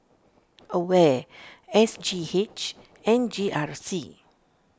Aware S G H and G R C